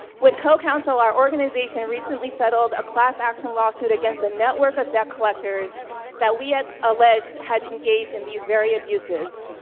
with co-counsel, our organization recently settled a class action lawsuit against a network of debt collectors that we had alleged had engaged in these very abuses,